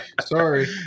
Sorry